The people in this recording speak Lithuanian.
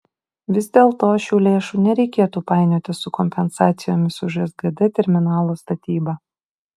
vis dėlto šių lėšų nereikėtų painioti su kompensacijomis už sgd terminalo statybą